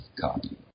copy